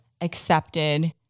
accepted